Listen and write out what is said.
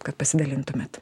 kad pasidalintumėt